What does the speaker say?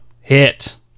Hit